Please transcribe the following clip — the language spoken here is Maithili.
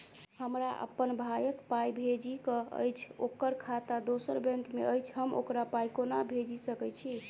हमरा अप्पन भाई कऽ पाई भेजि कऽ अछि, ओकर खाता दोसर बैंक मे अछि, हम ओकरा पाई कोना भेजि सकय छी?